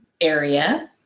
area